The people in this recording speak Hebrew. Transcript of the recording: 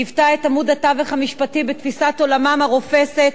היא היוותה את עמוד התווך המשפטי בתפיסת עולמם הרופסת,